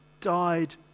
died